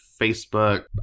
Facebook